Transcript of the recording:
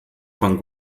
von